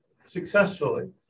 successfully